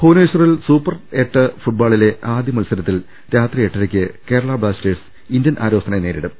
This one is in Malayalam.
ഭുവനേശ്വറിൽ സൂപ്പർ കപ്പ് ഫുട്ബോളിലെ ആദ്യ മത്സ രത്തിൽ രാത്രി എട്ടരയ്ക്ക് കേരളാ ബ്ലാസ്റ്റേഴ്സ് ഇന്ത്യൻ ആരോസിനെ നേരിടും